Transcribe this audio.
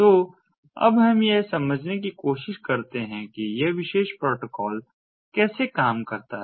तो अब हम यह समझने की कोशिश करते हैं कि यह विशेष प्रोटोकॉल कैसे काम करता है